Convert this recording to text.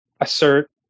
assert